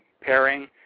pairing